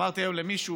אמרתי היום למישהו